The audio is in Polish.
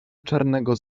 czarnego